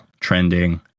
trending